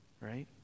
Right